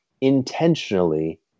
intentionally